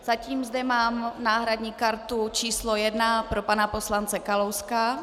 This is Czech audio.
Zatím zde mám náhradní kartu číslo 1 pro pana poslance Kalouska.